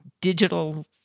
digital